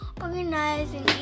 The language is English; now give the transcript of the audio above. organizing